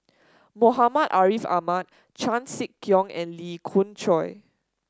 Muhammad Ariff Ahmad Chan Sek Keong and Lee Khoon Choy